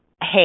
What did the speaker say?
hey